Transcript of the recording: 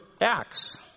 Acts